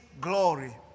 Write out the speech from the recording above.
glory